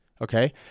okay